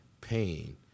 pain